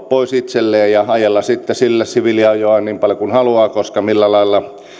pois itselleen ja ajella sitten sillä siviiliajoa niin paljon kuin haluaa koska millään lailla